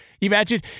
imagine